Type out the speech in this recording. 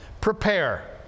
Prepare